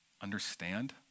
understand